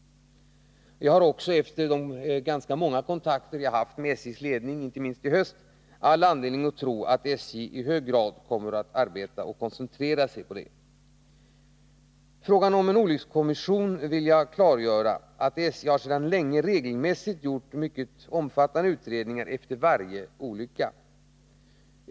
Jag har också efter de ganska många kontakter som jag har haft med SJ:s ledning inte minst i höst all anledning att tro att SJ i hög grad kommer att arbeta för och koncentrera sig på detta. När det gäller frågan om en olyckskommission vill jag klargöra att SJ sedan länge regelmässigt gör omfattande utredningar efter varje inträffad olyckshändelse.